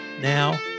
now